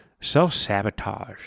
self-sabotage